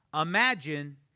Imagine